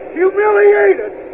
humiliated